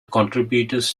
contributors